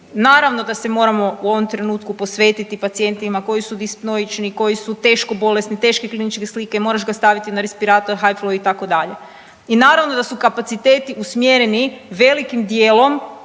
Naravno da se moramo u ovom trenutku posvetiti pacijentima koji su dispnoični koji su teško bolesni, teške kliničke slike, moraš ga staviti na respirator …/nerazumljivo/… itd., i naravno da su kapaciteti usmjereni velikim djelom